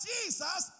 Jesus